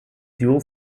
dual